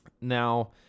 Now